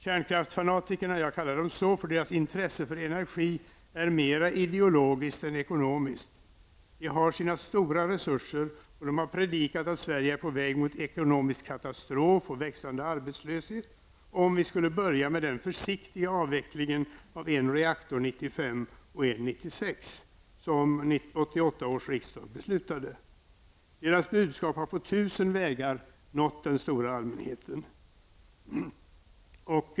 Kärnkraftsfanatikerna -- jag kallar dem så, därför att deras intresse för energi är mera ideologiskt än ekonomiskt -- har med sina stora resurser predikat att Sverige skulle vara på väg mot ekonomisk katastrof och växande arbetslöshet, om vi började med den försiktiga avveckling av en reaktor 1995 och en 1996 som 1988 års riksdag beslutade. Deras budskap har på tusen vägar nått den stora allmänheten.